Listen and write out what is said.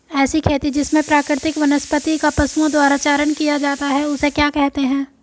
ऐसी खेती जिसमें प्राकृतिक वनस्पति का पशुओं द्वारा चारण किया जाता है उसे क्या कहते हैं?